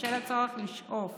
ובשל הצורך לשאוף